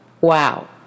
Wow